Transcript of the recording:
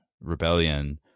rebellion